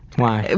why?